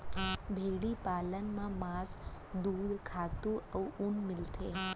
भेड़ी पालन म मांस, दूद, खातू अउ ऊन मिलथे